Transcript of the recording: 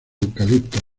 eucaliptos